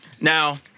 Now